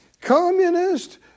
communist